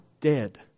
dead